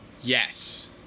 Yes